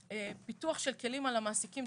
פיתוח של כלים על המעסיקים,